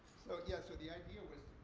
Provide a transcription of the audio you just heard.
so yeah so the idea was